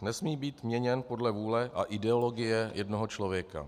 Nesmí být měněn podle vůle a ideologie jednoho člověka.